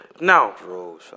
Now